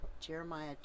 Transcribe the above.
Jeremiah